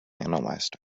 analysed